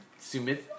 Sumit